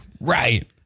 Right